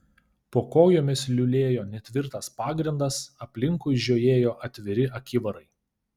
po kojomis liulėjo netvirtas pagrindas aplinkui žiojėjo atviri akivarai